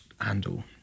handle